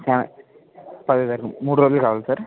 five మూడు రోజులు కావాలా సార్